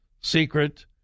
secret